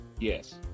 yes